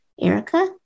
Erica